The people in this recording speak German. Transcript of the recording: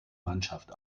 mannschaft